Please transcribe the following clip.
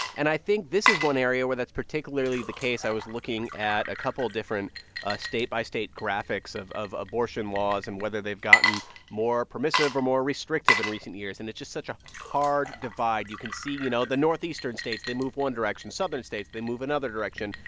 and i think this is one area where that's particularly the case. i was looking at a couple different ah state-by-state graphics of of abortion laws and whether they've gotten more permissive or more restrictive in recent years. and it's just such a hard divide. you can see, you know, the northeastern states they move one direction. southern states they move another direction.